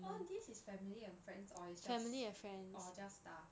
all these is family and friends or is just or just staff